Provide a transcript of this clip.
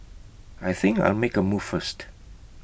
I think I'll make A move first